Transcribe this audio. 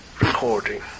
recording